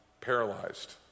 paralyzed